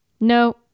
No